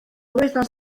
wythnos